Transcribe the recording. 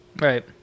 Right